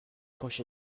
push